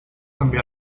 també